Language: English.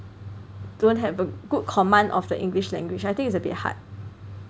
don't have a good command of the English language I think is a bit hard